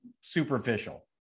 superficial